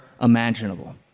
imaginable